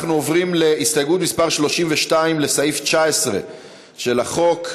אנחנו עוברים להסתייגות מס' 32, לסעיף 19 של החוק.